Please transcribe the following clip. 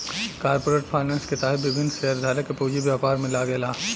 corporate finance के तहत विभिन्न शेयरधारक के पूंजी व्यापार में लागेला